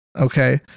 Okay